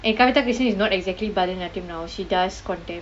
and kavita krishnann is not exactly bharathanatyam now she does